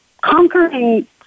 conquering